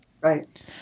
right